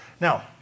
Now